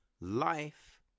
life